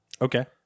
Okay